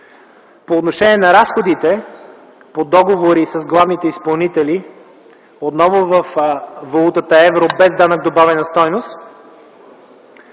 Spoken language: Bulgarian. По отношение на разходите по договори с главните изпълнители, отново във валутата евро без данък добавена стойност